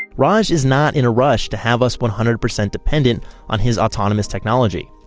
raj is not in a rush to have us one hundred percent dependent on his autonomous technology.